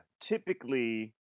Typically